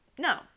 No